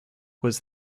was